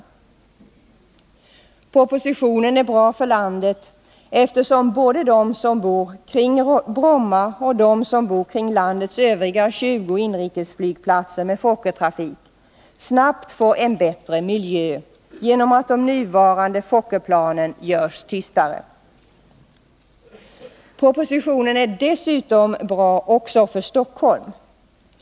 Onsdagen den Propositionen är bra för landet, eftersom både de som bor kring Bromma 17 december 1980 och de som bor kring landets övriga 20 inrikesflygplatser med Fokkertrafik snabbt får en bättre miljö genom att de nuvarande Fokkerplanen görs tystare. Propositionen är dessutom bra för Stockholm.